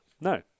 No